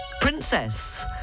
Princess